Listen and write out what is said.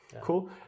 Cool